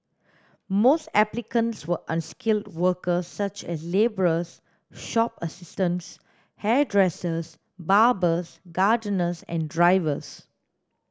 most applicants were unskilled workers such as labourers shop assistants hairdressers barbers gardeners and drivers